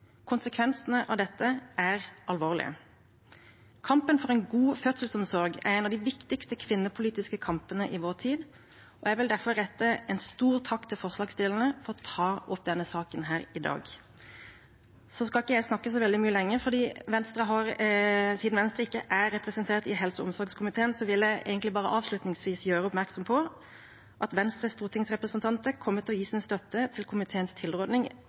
Konsekvensene av dette er alvorlige. Kampen for en god fødselsomsorg er en av de viktigste kvinnepolitiske kampene i vår tid, og jeg vil derfor rette en stor takk til forslagsstillerne for å ta opp denne saken her i dag. Så skal ikke jeg snakke så veldig mye lenger. Siden Venstre ikke er representert i helse- og omsorgskomiteen, vil jeg egentlig bare avslutningsvis gjøre oppmerksom på at Venstres stortingsrepresentanter kommer til å gi sin støtte til komiteens tilråding,